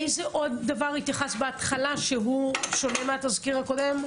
לאיזה עוד דבר התייחסת בהתחלה שהוא שונה מהתזכיר הקודם?